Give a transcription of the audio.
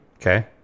Okay